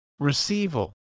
receival